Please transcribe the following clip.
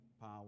power